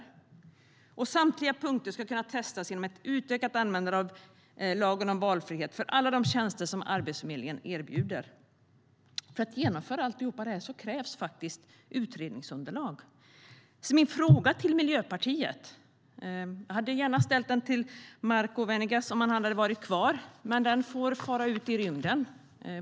Samtliga punkter skulle kunna testas genom ett utökat användande av LOV för alla de tjänster som Arbetsförmedlingen erbjuder. "Min fråga till Miljöpartiet hade jag gärna ställt till Marco Venegas om han hade varit kvar, men den får fara ut i rymden.